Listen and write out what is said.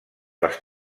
les